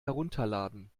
herunterladen